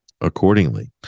accordingly